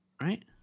right